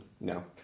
No